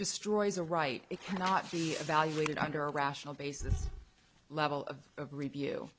destroys a right it cannot be evaluated under a rational basis level of of review